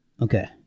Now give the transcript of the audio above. Okay